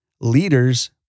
leaders